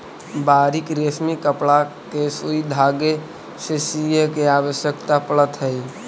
बारीक रेशमी कपड़ा के सुई धागे से सीए के आवश्यकता पड़त हई